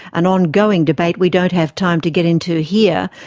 an ongoing debate we don't have time to get into here,